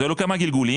היו לו כמה גלגולים.